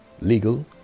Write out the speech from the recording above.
legal